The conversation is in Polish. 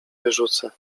wyrzucę